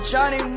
Johnny